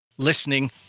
listening